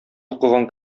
укыган